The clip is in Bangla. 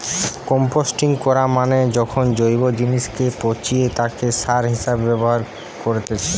কম্পোস্টিং করা মানে যখন জৈব জিনিসকে পচিয়ে তাকে সার হিসেবে ব্যবহার করেতিছে